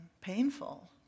painful